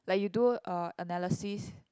like you do a analysis